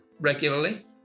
regularly